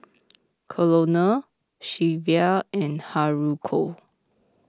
Colonel Shelvia and Haruko